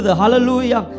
hallelujah